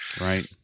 Right